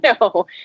No